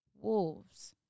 wolves